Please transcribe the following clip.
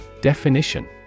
Definition